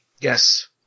Yes